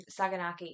Saganaki